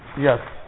Yes